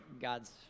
God's